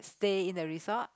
they in the resort